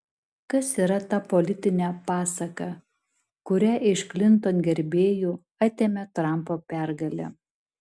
kas yra ta politinė pasaka kurią iš klinton gerbėjų atėmė trampo pergalė